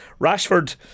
Rashford